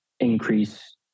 increase